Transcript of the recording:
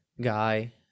guy